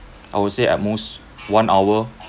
I would say at most one hour